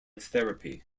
therapy